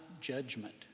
judgment